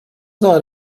not